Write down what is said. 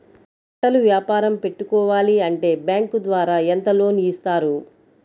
బట్టలు వ్యాపారం పెట్టుకోవాలి అంటే బ్యాంకు ద్వారా ఎంత లోన్ ఇస్తారు?